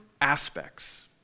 aspects